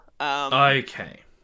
Okay